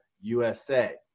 USA